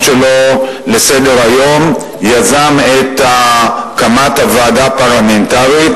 שלו לסדר-היום יזם הקמת ועדה פרלמנטרית,